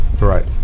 right